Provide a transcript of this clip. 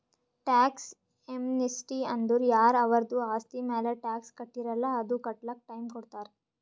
tax amnesty ಅಂದುರ್ ಯಾರ ಅವರ್ದು ಆಸ್ತಿ ಮ್ಯಾಲ ಟ್ಯಾಕ್ಸ್ ಕಟ್ಟಿರಲ್ಲ್ ಅದು ಕಟ್ಲಕ್ ಟೈಮ್ ಕೊಡ್ತಾರ್